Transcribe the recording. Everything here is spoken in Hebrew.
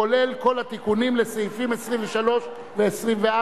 כולל כל התיקונים לסעיפים 23 ו-24,